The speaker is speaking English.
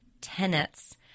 tenets